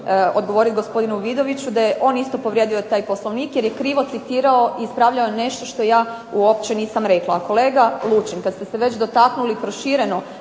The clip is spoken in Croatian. odgovoriti gospodinu Vidoviću, da je on isto povrijedio taj Poslovnik jer je krivo citirao, ispravljao je nešto što ja uopće nisam rekla. Kolega Lučin, kad ste se već dotaknuli prošireno